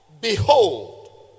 behold